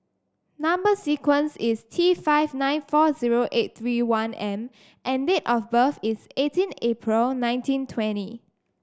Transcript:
number sequence is T five nine four zero eight three one M and date of birth is eighteen April nineteen twenty